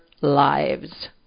lives